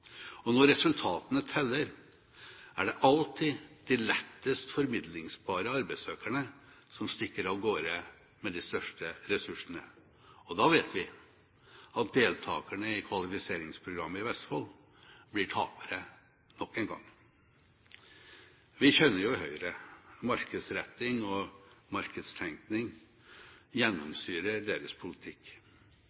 Når resultatene teller, er det alltid de lettest formidlingsbare arbeidssøkerne som stikker av gårde med de største ressursene. Da vet vi at deltakerne i kvalifiseringsprogrammet i Vestfold blir tapere nok en gang. Vi kjenner jo Høyre. Markedsretting og